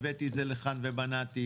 הבאתי את זה לכאן ומנעתי.